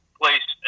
place